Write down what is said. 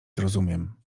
zrozumiem